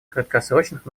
краткосрочных